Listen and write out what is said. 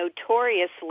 notoriously